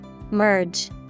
Merge